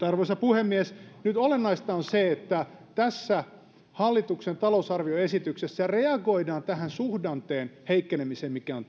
arvoisa puhemies nyt olennaista on se että tässä hallituksen talousarvioesityksessä reagoidaan tähän suhdanteen heikkenemiseen mikä on